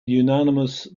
unanimous